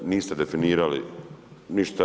Niste definirali ništa.